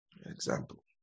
example